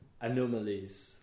anomalies